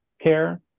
care